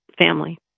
family